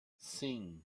sim